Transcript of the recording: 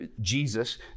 Jesus